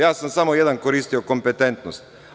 Ja sam samo jedan koristio – kompetentnost.